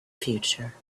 future